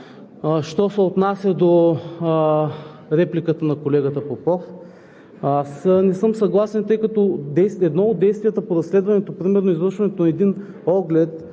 Що се отнася до репликата на колегата Попов, аз не съм съгласен, тъй като едно от действията по разследването – примерно извършването на един оглед